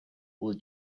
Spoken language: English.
will